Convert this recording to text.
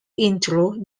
intro